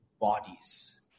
bodies